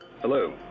Hello